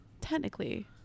technically